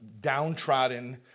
downtrodden